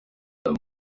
alone